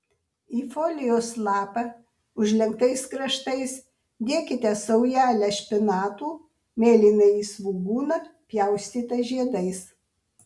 į folijos lapą užlenktais kraštais dėkite saujelę špinatų mėlynąjį svogūną pjaustytą žiedais